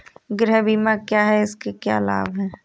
गृह बीमा क्या है इसके क्या लाभ हैं?